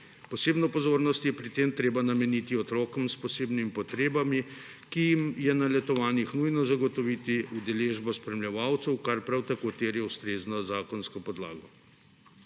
Posebno pozornost je pri tem treba nameniti otrokom s posebnimi potrebami, ki jim je na letovanjih nujno zagotoviti udeležbo spremljevalcev, kar prav tako terja ustrezno zakonsko podlago.